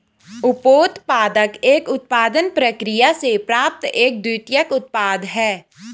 उपोत्पाद एक उत्पादन प्रक्रिया से प्राप्त एक द्वितीयक उत्पाद है